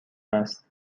است